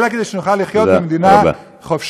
אלא כדי שנוכל לחיות במדינה חופשית,